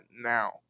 now